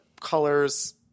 colors –